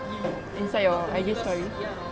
inside your I_G story